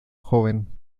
joven